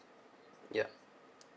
ya